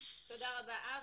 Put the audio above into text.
תודה רבה, אבי.